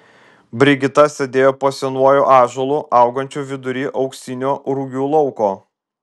brigita sėdėjo po senuoju ąžuolu augančiu vidury auksinio rugių lauko